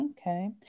Okay